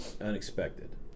unexpected